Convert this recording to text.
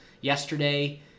yesterday